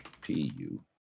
pu